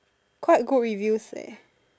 quite good reviews leh